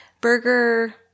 Burger